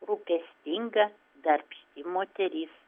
rūpestinga darbšti moteris